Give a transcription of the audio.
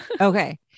Okay